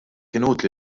inutli